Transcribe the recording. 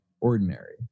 ordinary